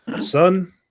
Son